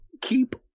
keep